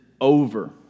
over